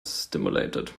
stimulated